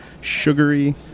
sugary